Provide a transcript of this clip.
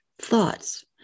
thoughts